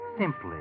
simply